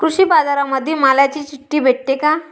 कृषीबाजारामंदी मालाची चिट्ठी भेटते काय?